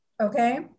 Okay